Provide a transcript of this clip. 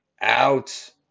Out